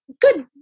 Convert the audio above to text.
good